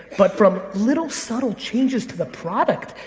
but from little subtle changes to the product.